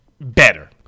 better